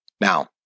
Now